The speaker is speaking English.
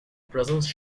presence